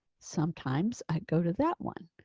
sometimes i go to that one.